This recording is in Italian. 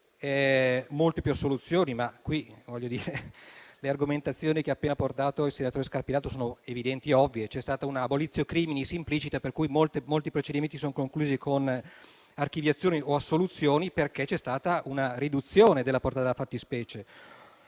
e molte più assoluzioni. Le argomentazioni che ha appena portato il senatore Scarpinato sono evidenti e ovvie: c'è stata un'*abolitio criminis* implicita, per cui molti procedimenti si sono conclusi con archiviazioni o assoluzioni, perché c'è stata una riduzione della portata della fattispecie.